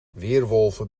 weerwolven